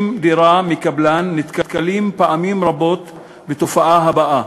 דירה מקבלן נתקלים פעמים רבות בתופעה הבאה: